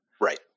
right